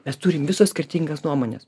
mes turim visos skirtingas nuomones